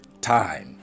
time